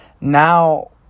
now